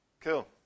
Cool